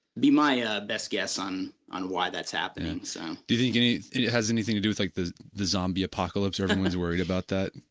my ah best guess on on why that's happening so do you think it has anything to do with like the the zombie apocalypse, everyone is worried about that?